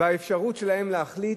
באפשרות שלהם להחליט,